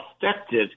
effective